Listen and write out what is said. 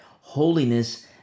holiness